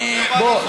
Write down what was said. בוא,